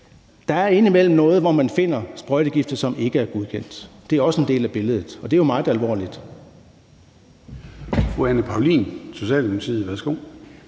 Der er indimellem nogle sager, hvor man finder sprøjtegifte, som ikke er godkendt, og det er også en del af billedet, og det er jo meget alvorligt.